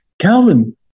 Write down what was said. Calvin